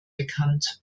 bekannt